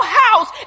house